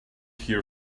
here